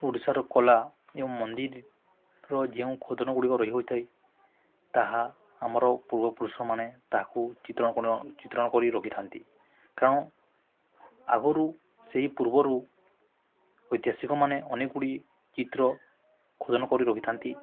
ଓଡ଼ିଶାର କଲା ଏବଂ ମନ୍ଦିରର ଯେଉଁ ଖୋଦନ ଗୁଡ଼ିକ ରହି ହୋଇଥାଏ ତାହା ଆମର ପୂର୍ବପୁରୁଷମାନେ ତାହାକୁ ଚିତ୍ରଣ ଚିତ୍ରଣ କରି ରଖିଥାନ୍ତି କାରଣ ଆଗରୁ ସେହି ପୂର୍ବରୁ ଐତିହାସିକ ମାନେ ଅନେକ ଗୁଡ଼ିଏ ଚିତ୍ର ଖୋଦନ କରି ରହିିଥାନ୍ତି